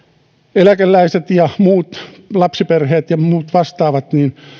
eläkeläiset lapsiperheet ja muut vastaavat